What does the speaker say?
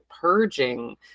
purging